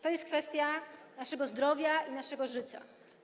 To jest kwestia naszego zdrowia i naszego życia.